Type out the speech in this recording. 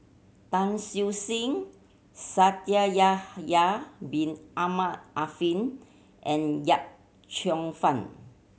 Tan Siew Sin Yahya Bin Ahmed Afifi and Yip Cheong Fun